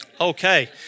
Okay